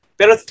pero